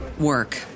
work